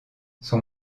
son